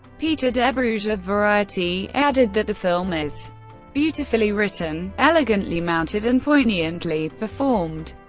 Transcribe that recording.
peter debruge of variety added that the film is beautifully written, elegantly mounted and poignantly performed.